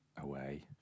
away